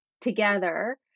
together